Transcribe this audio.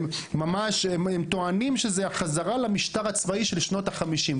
הם טוענים שזו החזרה למשטר הצבאי של שנות החמישים,